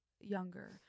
younger